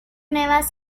nuevas